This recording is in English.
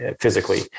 Physically